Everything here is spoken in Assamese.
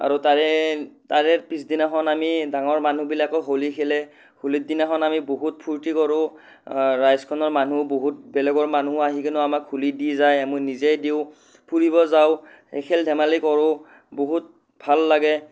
আৰু তাৰে তাৰে পিছদিনাখন আমি ডাঙৰ মানুহবিলাকো হোলী খেলে হোলীৰ দিনাখন আমি বহুত ফূৰ্তি কৰোঁ ৰাইজখনৰ মানুহ বহুত বেলেগৰ মানুহ আহি কিনেও আমাক হোলী দি যায় মই নিজেই দিওঁ ফুৰিব যাওঁ সেই খেল ধেমালি কৰোঁ বহুত ভাল লাগে